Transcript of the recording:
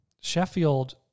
Sheffield